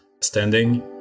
standing